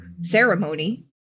ceremony